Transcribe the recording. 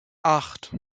acht